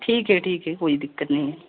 ठीक है ठीक है कोई दिक़्क़त नहीं है